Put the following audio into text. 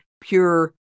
pure